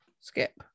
skip